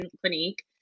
Clinique